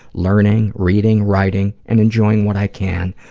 learning, reading, writing, and enjoying what i can,